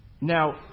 Now